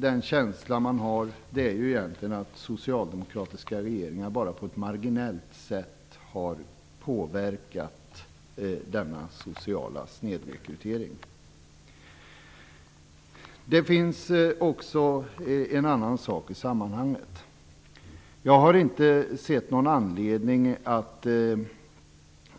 Den känsla man har är egentligen att socialdemokratiska regeringar bara på ett marginellt sätt har påverkat denna sociala snedrekrytering. Det finns också en annan sak i sammanhanget. Jag har inte sett någon anledning att